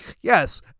Yes